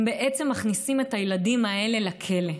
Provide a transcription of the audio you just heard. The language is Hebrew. הם בעצם מכניסים את הילדים האלה לכלא,